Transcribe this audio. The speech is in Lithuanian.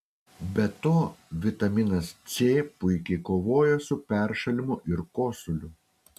be to vitaminas c puikiai kovoja su peršalimu ir kosuliu